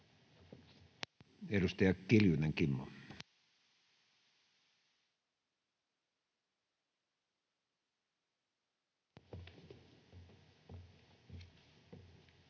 Edustaja Kiljunen, Kimmo.